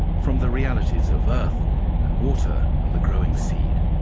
from the realities of earth and water and the growing seed.